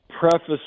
preface